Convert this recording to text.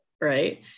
right